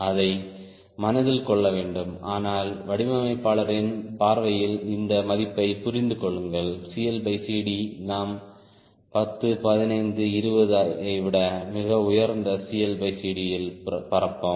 அதை மனதில் கொள்ள வேண்டும் ஆனால் வடிவமைப்பாளரின் பார்வையில் இந்த மதிப்பை புரிந்து கொள்ளுங்கள் CLCD நாம் 10 15 20 ஐ விட மிக உயர்ந்த CLCD இல் பறப்போம்